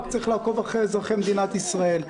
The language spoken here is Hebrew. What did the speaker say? צריך לעקוב אחרי אזרחי מדינת ישראל.